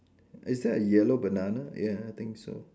is there a yellow banana ya I think so